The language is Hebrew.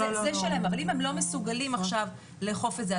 אבל אם הם לא מסוגלים עכשיו לאכוף את זה,